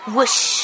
Whoosh